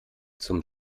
zum